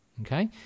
Okay